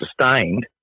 sustained